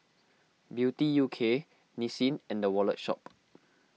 Beauty U K Nissin and the Wallet Shop